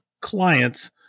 client's